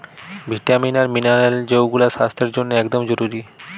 vitamin আর mineral যৌগুলা স্বাস্থ্যের জন্যে একদম জরুরি